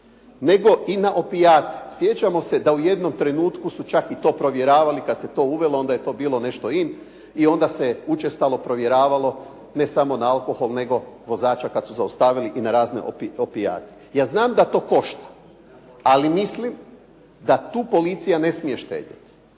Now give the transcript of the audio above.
nego na opijate. Sjećamo se da su u jednom trenutku čak i to provjeravali. Kada se to uvelo to je nešto bilo in i onda se učestalo provjeravalo ne samo na alkohol, nego kada su vozača zaustavili i na razne opijate. Ja znam da to košta, ali mislim da tu policija ne smije štedjeti.